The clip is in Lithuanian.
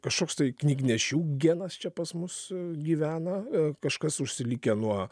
kažkoks tai knygnešių genas čia pas mus gyvena kažkas užsilikę nuo